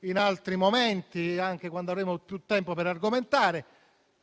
in altri momenti, anche quando avremo più tempo per argomentare